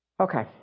Okay